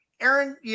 Aaron